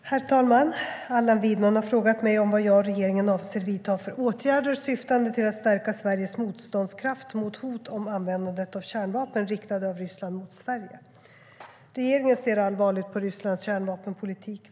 Herr talman! Allan Widman har frågat mig vad jag och regeringen avser att vidta för åtgärder syftande till att stärka Sveriges motståndskraft mot hot om användandet av kärnvapen riktade av Ryssland mot Sverige.Regeringen ser allvarligt på Rysslands kärnvapenpolitik.